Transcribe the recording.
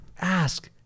ask